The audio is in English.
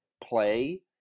play